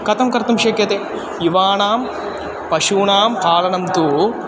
कथं कर्तुं शक्यते युवानां पशूनां पालनं तु